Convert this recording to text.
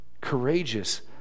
courageous